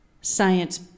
science